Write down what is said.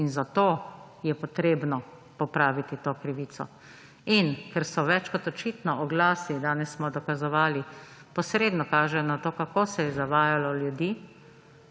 In zato je potrebno popraviti to krivico. In ker so več kot očitno oglasi, danes smo dokazovali, posredno kazali na to, kako se je zavajalo ljudi: